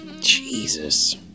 Jesus